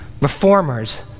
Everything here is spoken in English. reformers